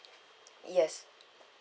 yes